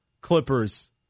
Clippers